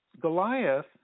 Goliath